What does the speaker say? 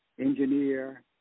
engineer